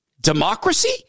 democracy